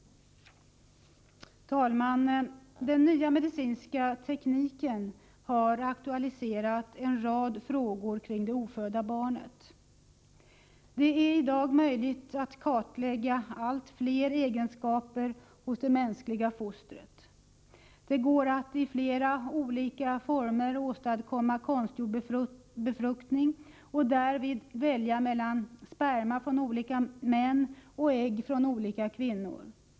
Den nya medicinska tekniken har aktualiserat en rad frågor kring det ofödda barnet. Det är i dag möjligt att kartlägga allt fler egenskaper hos det mänskliga fostret. Det går att i flera olika former åstadkomma konstgjord befruktning och därvid välja mellan sperma från olika män och ägg från olika kvinnor.